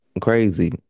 crazy